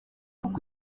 uko